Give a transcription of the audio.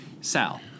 Sal